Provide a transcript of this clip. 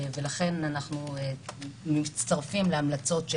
ולכן אנחנו מצטרפים להמלצות החשובות של